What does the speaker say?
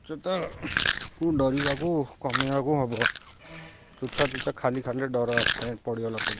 ଉଚ୍ଚତାକୁ ଡ଼ରିବାକୁ କମେଇବାକୁ ହେବ ଚୁଚ୍ଛାଚୁଚ୍ଛା ଖାଲି ଖାଲି ଡ଼ର ଆସିଥାଏ ପଡ଼ିଗଲା ପରେ